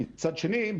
מצד שני,